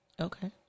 okay